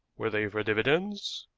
were they for dividends?